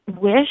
wish